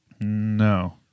No